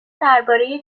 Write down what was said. درباره